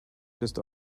just